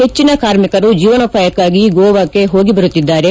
ಹೆಚ್ಚಿನ ಕಾರ್ಮಿಕರು ಜೀವನೋಪಾಯಕ್ಕಾಗಿ ಗೋವಾಕ್ಕೆ ಹೋಗಿ ಬರುತ್ತಿದ್ದಾರೆ